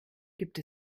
gibt